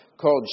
called